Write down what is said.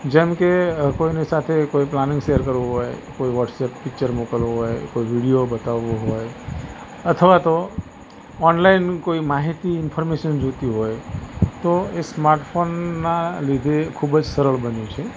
જેમ કે કોઈની સાથે કોઈ પ્લાનિંગ શૅર કરવું હોય કોઈ વોટ્સએપ પિક્ચર મોકલવું હોય કોઈ વિડીયો બતાવવો હોય અથવા તો ઑનલાઇન કોઈ માહિતી ઇન્ફર્મેશન જોઈતી હોય તો એ સ્માર્ટ ફોનના લીધે ખૂબ જ સરળ બન્યું છે